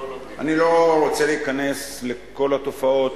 אני לא רוצה להיכנס לכל התופעות,